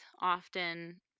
often